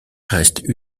reste